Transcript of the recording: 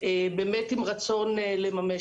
באמת עם רצון לממש.